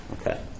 Okay